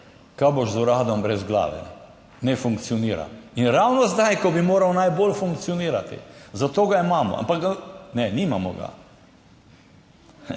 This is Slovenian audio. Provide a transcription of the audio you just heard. Kaj boš z uradom brez glave? Ne funkcionira. In ravno zdaj, ko bi moral najbolj funkcionirati, za to ga imamo, ampak ga nimamo. Te